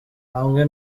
hamwe